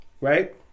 right